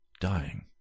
Dying